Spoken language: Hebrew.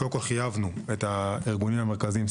קודם כל חייבנו את הארגונים המרכזיים,